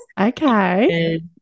Okay